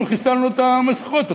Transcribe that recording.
אנחנו חיסלנו את המסכות,